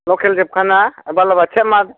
लखेलजोबखा ना बालाबाथिया ना